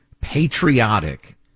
patriotic